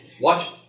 Watch